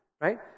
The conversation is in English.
right